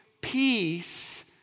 peace